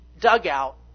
dugout